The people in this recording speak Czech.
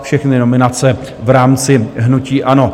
Všechny nominace v rámci hnutí ANO.